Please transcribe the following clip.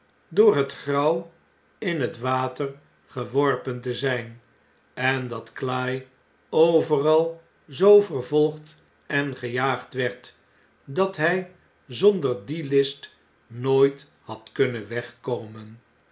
door hetgrauw in net water geworpen te zp en dat cly overal zoo vervolgd en gejaagd werd dat hj zonder die list nooit had kunnen wegkomen